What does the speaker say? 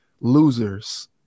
losers